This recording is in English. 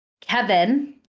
Kevin